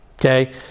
okay